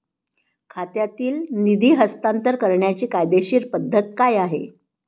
खात्यातील निधी हस्तांतर करण्याची कायदेशीर पद्धत काय आहे?